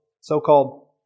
so-called